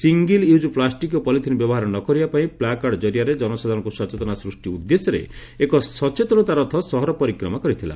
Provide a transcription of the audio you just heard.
single use plastic ଓ polythene ବ୍ୟବହାର ନ କରିବା ପାଇଁ ପ୍ଲାକାର୍ଡ ଜରିଆରେ କନସାଧାରଣଙ୍କୁ ସଚେତନତା ସୃଷ୍କ ଉଦ୍ଦେଶ୍ୟରେ ଏକ ସଚେତନତା ରଥ ସହର ପରିକ୍ରମା କରିଥିଲା